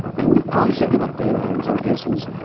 and we probably should give up data, in some cases,